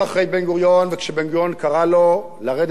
וכשבן-גוריון קרא לו לרדת לתאשור,